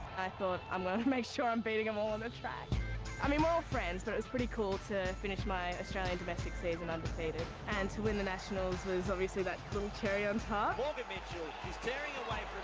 thought, i'm gonna make sure i'm beating them all on the track. i mean, we're all friends, but it was pretty cool to finish my australian domestic season undefeated. and to win the nationals was obviously that little cherry on top. morgan mitchell is tearing away